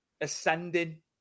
ascending